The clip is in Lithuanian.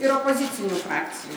ir opozicinių frakcijų